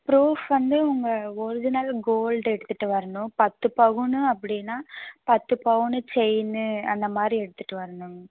proof வந்து உங்கள் original gold எடுத்துகிட்டு வரணும் பத்து பவுனு அப்படின்னா பத்து பவுனு செயினு அந்த மாரி எடுத்துகிட்டு வரணுங்க